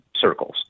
circles